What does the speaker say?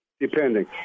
depending